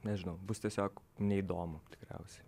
nežinau bus tiesiog neįdomu tikriausiai